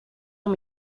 amb